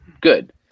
good